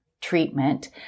treatment